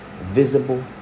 visible